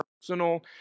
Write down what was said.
personal